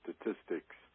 statistics